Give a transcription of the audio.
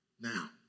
Now